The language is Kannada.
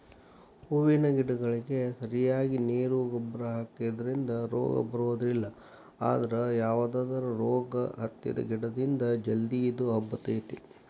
ಹೂವಿನ ಗಿಡಗಳಿಗೆ ಸರಿಯಾಗಿ ನೇರು ಗೊಬ್ಬರ ಹಾಕಿದ್ರ ರೋಗ ಬರೋದಿಲ್ಲ ಅದ್ರ ಯಾವದರ ರೋಗ ಹತ್ತಿದ ಗಿಡದಿಂದ ಜಲ್ದಿ ಇದು ಹಬ್ಬತೇತಿ